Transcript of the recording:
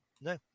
No